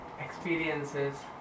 experiences